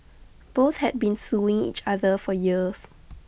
both had been suing each other for years